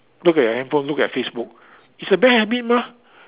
look at your handphone look at Facebook it's a bad habit mah